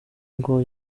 ngo